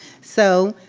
so,